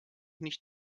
nicht